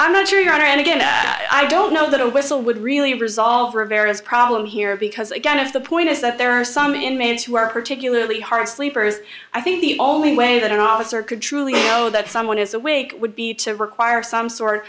i'm not sure your honor and again i don't know that a whistle would really resolve rivera's problem here because again if the point is that there are some inmates who are particularly hard sleepers i think the only way that an officer could truly know that someone is awake would be to require some sort